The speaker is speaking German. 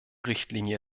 richtlinie